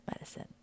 medicine